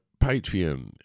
Patreon